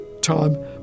time